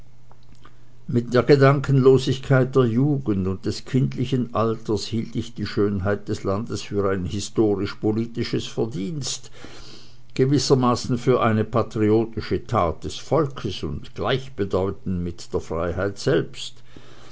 mit der gedankenlosigkeit der jugend und des kindischen alters hielt ich die schönheit des landes für ein historisch politisches verdienst gewissermaßen für eine patriotische tat des volkes und gleichbedeutend mit der freiheit selbst